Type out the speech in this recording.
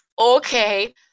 okay